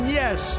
yes